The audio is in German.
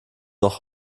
noch